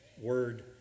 word